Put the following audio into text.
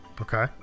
Okay